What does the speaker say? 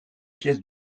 pièces